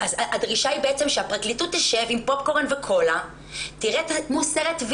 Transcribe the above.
הדרישה היא בעצם שהפרקליטות תשב עם פופקורן וקולה ותראה סרט,